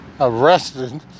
arrested